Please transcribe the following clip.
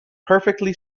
perfectly